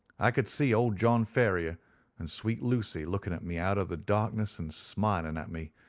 i could see old john ferrier and sweet lucy looking at me out of the darkness and smiling and at me,